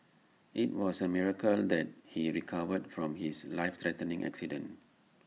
IT was A miracle that he recovered from his life threatening accident